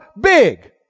big